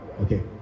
Okay